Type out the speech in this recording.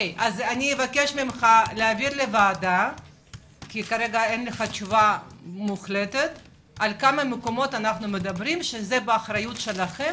אני מבקשת ממך להעביר לוועדה על כמה מקומות אנחנו מדברים שבאחריותכם,